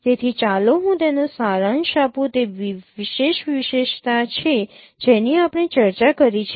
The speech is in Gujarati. તેથી ચાલો હું તેનો સારાંશ આપું તે વિવિધ વિશેષતા છે જેની આપણે ચર્ચા કરી છે